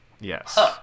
yes